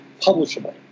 publishable